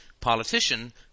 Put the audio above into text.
politician